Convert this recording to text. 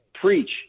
preach